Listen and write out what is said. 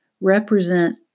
represent